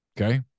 Okay